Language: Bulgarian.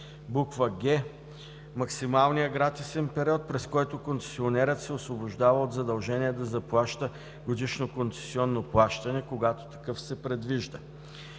г) максималният гратисен период, през който концесионерът се освобождава от задължение да заплаща годишно концесионното плащане – когато такъв се предвижда;